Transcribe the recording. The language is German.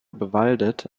bewaldet